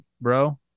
bro